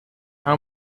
how